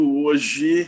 hoje